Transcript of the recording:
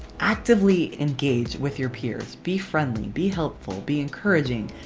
actively engage with your peers. be friendly. be helpful. be encouraging.